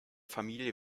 familie